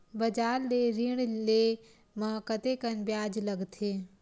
बजार ले ऋण ले म कतेकन ब्याज लगथे?